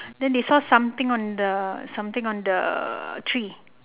then they saw something on the something on the tree